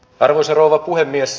arvoisa rouva puhemies